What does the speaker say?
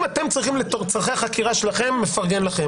אם אתם צריכים לצורכי החקירה שלכם אני מפרגן לכם,